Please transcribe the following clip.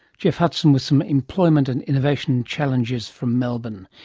geoff hudson with some employment and innovation challenges from melbourne.